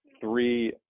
three